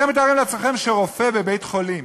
אתם מתארים לעצמכם שרופא בבית-חולים,